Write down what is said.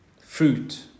fruit